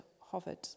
hovered